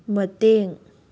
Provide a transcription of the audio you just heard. ꯃꯇꯦꯡ